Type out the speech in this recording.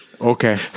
Okay